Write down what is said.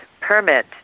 permit